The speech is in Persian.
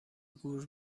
گور